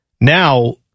now